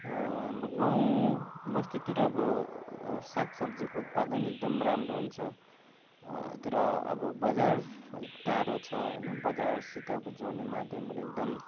हाम्रो गाउँ बस्तीतिर अब साग सब्जीको उत्पादन एकदम राम्रो हुन्छ तर अब बजार टाढो छ होइन बजारसित अब जोड्ने माध्यमहरू एकदम